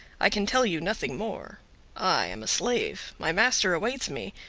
i can tell you nothing more i am a slave, my master awaits me,